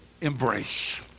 embrace